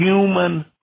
human